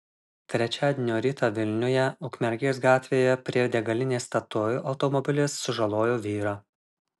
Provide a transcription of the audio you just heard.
trečiadienio rytą vilniuje ukmergės gatvėje prie degalinės statoil automobilis sužalojo vyrą